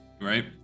right